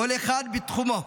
כל אחד בתחומו,